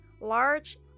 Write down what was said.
large